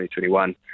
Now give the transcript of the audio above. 2021